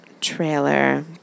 trailer